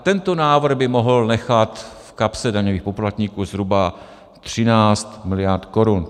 Tento návrh by mohl nechat v kapse daňových poplatníků zhruba 13 miliard korun.